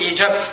Egypt